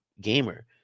gamer